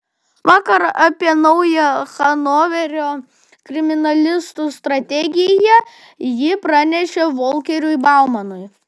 vakar apie naują hanoverio kriminalistų strategiją ji pranešė volkeriui baumanui